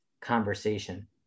conversation